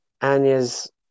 Anya's